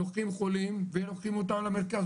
לוקחים חולים ולוקחים אותם למרכז,